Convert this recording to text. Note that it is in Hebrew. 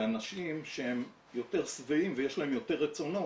זה אנשים שהם יותר שבעים ויש להם יותר רצונות